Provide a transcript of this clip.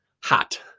hot